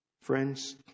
Friends